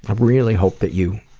um really hope that you